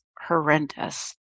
horrendous